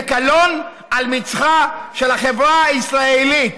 זה קלון על מצחה של החברה הישראלית.